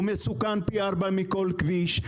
הוא מסוכן פי ארבעה מכל כביש.